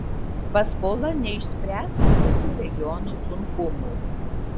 paskola neišspręs viso regiono sunkumų